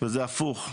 וזה הפוך.